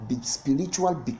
spiritual